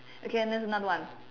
okay and there's another one